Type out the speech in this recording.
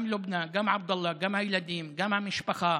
גם לובנא, גם עבדאללה, גם הילדים, גם המשפחה,